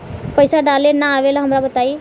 पईसा डाले ना आवेला हमका बताई?